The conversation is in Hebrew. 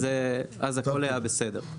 אז הכול היה בסדר.